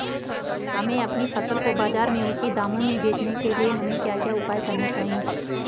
हमें अपनी फसल को बाज़ार में उचित दामों में बेचने के लिए हमें क्या क्या उपाय करने चाहिए?